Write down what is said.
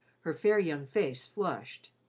her fair young face flushed.